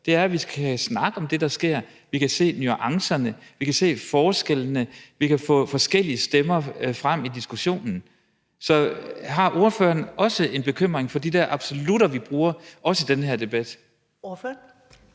ønsker – at vi kan snakke om det, der sker, at vi kan se nuancerne, at vi kan se forskellene, at vi kan få forskellige stemmer frem i diskussionen. Så har ordføreren også en bekymring for de der absolutter, vi bruger, også i den her debat?